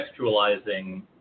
contextualizing